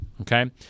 Okay